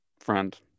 friend